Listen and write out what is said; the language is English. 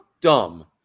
dumb